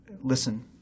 Listen